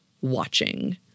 watching